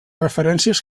referències